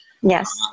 Yes